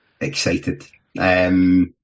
excited